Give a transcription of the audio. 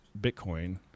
Bitcoin